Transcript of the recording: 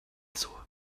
also